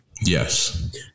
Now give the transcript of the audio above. Yes